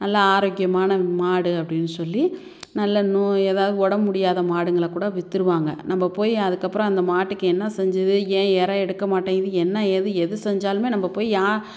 நல்லா ஆரோக்கியமான மாடு அப்படின்னு சொல்லி நல்ல நூ ஏதாவது உடம்பு முடியாத மாடுங்களை கூட விற்றுருவாங்க நம்ம போய் அதுக்கப்புறம் அந்த மாட்டுக்கு என்ன செஞ்சுது ஏன் இரை எடுக்க மாட்டேங்குது என்ன ஏது எது செஞ்சாலுமே நம்ம போய் யா